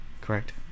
Correct